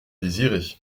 désirer